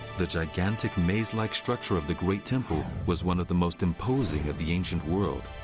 the gigantic maze-like structure of the great temple was one of the most imposing of the ancient world.